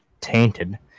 tainted